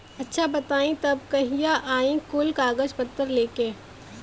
अच्छा बताई तब कहिया आई कुल कागज पतर लेके?